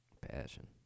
Passion